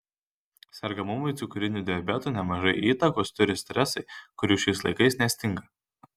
sergamumui cukriniu diabetu nemažai įtakos turi stresai kurių šiais laikais nestinga